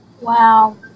Wow